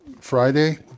friday